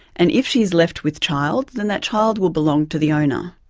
and if she is left with child, then that child will belong to the owner.